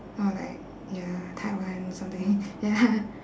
or like ya taiwan something ya